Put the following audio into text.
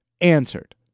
answered